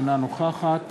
אינה נוכחת